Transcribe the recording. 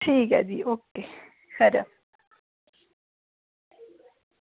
ठीक ऐ जी खरा ओके